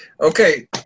Okay